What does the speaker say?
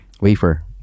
Wafer